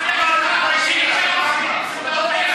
מותר לו